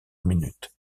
minute